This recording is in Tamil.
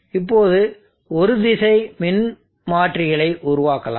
இப்போது இரு திசை மின்மாற்றிகளை உருவாக்கலாம்